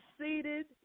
seated